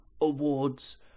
Awards